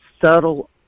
subtle